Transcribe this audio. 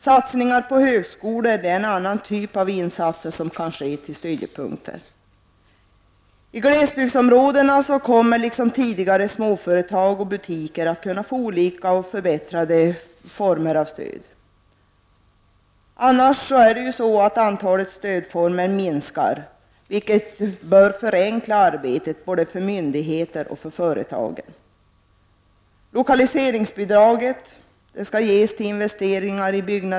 Satsningar på högskolor är en annan typ av insatser som kan ske till stödjepunkter. I glesbygdsområdena kommer, liksom tidigare, småföretag och butiker att kunna få olika och förbättrade former av stöd. Annars är det så att antalet stödformer minskar, vilket bör förenkla arbetet både för myndigheter och företag.